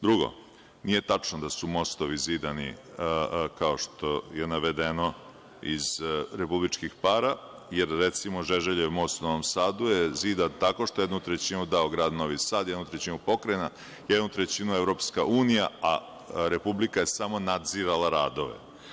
Drugo, nije tačno da su mostovi zidani, kao što je navedeno iz republičkih para, jer recimo Žeželjev most u Novom Sadu je zidan toko što je jednu trećinu dao grad Novi Sad, jednu trećinu pokrajina, jednu trećinu Evropska Unija, a Republika je samo nadzirala radove.